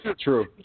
True